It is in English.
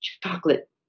Chocolate